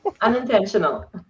unintentional